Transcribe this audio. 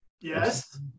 Yes